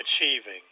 achieving